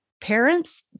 parents